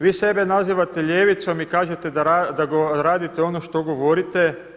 Vi sebe nazivate ljevicom i kažete da radite ono što govorite.